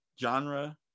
genre